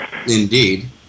indeed